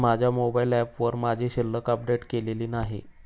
माझ्या मोबाइल ऍपवर माझी शिल्लक अपडेट केलेली नाही